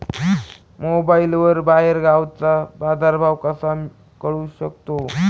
मोबाईलवर बाहेरगावचा बाजारभाव कसा कळू शकतो?